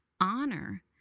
honor